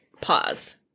pause